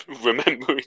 Remembering